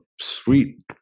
Sweet